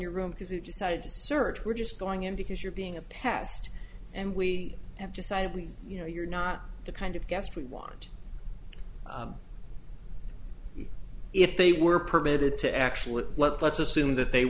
to search we're just going in because you're being a pest and we have decided we you know you're not the kind of guest we want if they were permitted to actually let's assume that they